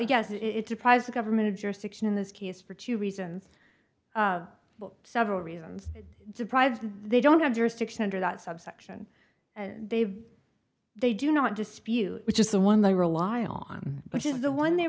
guess it deprives the government of jurisdiction in this case for two reasons but several reasons deprived they don't have jurisdiction under that subsection and they they do not dispute which is the one they rely on which is the one they